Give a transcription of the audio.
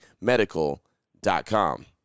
Medical.com